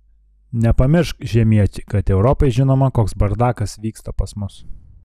nepamiršk žemieti kad europai žinoma koks bardakas vyksta pas mus